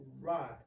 right